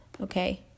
okay